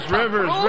rivers